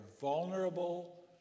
vulnerable